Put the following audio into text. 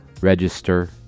register